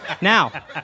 Now